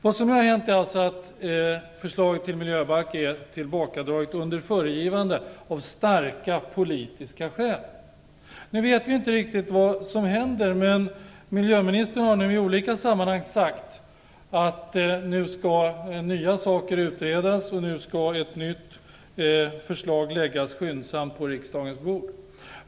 Vad som nu har hänt är att förslaget till miljöbalk är tillbakadraget under föregivande av starka politiska skäl. Nu vet vi inte riktigt vad som kommer att hända, men miljöministern har i olika sammanhang sagt att nya saker nu skall utredas och att ett nytt förslag skyndsamt skall föreläggas riksdagen.